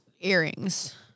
earrings